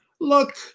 Look